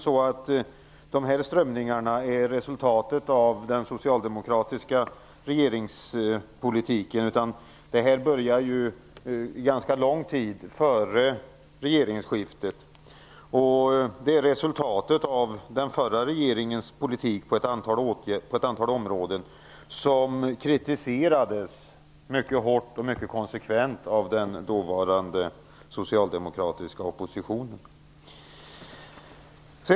Men dessa strömningar är ju inte resultatet av den socialdemokratiska regeringspolitiken, utan de började en ganska lång tid före regeringsskiftet. Det är resultatet av den förra regeringens politik på ett antal områden, som kritiserades mycket hårt och konsekvent av den dåvarande socialdemokratiska oppositionen.